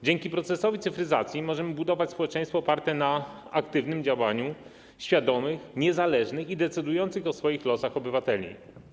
Dzięki procesowi cyfryzacji możemy budować społeczeństwo oparte na aktywnym działaniu świadomych, niezależnych i decydujących o swoich losach obywateli.